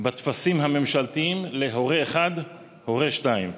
בטפסים הממשלתיים ל"הורה 1", "הורה 2",